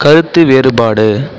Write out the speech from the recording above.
கருத்து வேறுபாடு